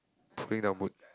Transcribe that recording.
putting down mood